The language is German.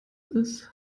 ist